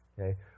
okay